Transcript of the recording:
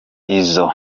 izo